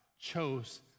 chose